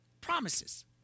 promises